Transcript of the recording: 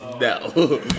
no